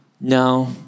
No